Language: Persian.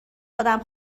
آدم